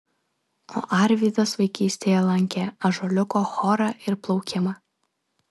o arvydas vaikystėje lankė ąžuoliuko chorą ir plaukimą